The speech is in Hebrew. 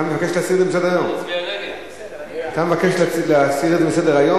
אתה מבקש להסיר את זה מסדר-היום,